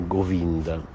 Govinda